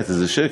איזה שקט.